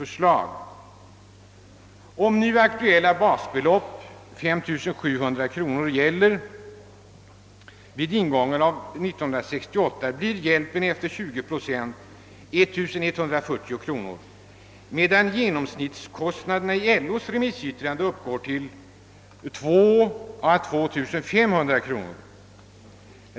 Med det nu aktuella basbeloppet av 5700 kronor blir efter ingången av 1968 hjälpen beräknad efter 20 procent 1140 kronor, medan genomsnittskostnaden enligt LO:s remissyttrande uppgår till 2000 å 2500 kronor.